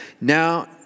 Now